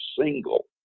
single